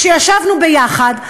כשישבנו יחד,